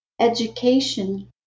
education